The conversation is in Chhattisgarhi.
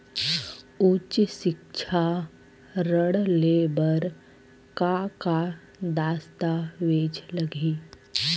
उच्च सिक्छा ऋण ले बर का का दस्तावेज लगही?